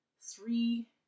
three